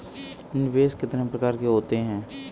निवेश कितने प्रकार के होते हैं?